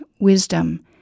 wisdom